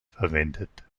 verwendet